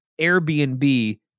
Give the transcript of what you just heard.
Airbnb